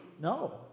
No